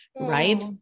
right